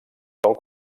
sol